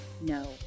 no